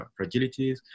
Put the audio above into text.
fragilities